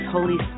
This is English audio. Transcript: Holy